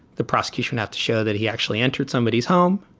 the prosecution has to show that he actually entered somebody's home.